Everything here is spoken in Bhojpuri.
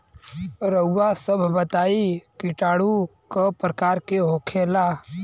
रउआ सभ बताई किटाणु क प्रकार के होखेला?